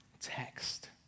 text